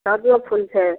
ताजो फूल छै